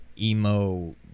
emo